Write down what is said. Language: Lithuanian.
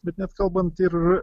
bet net kalbant ir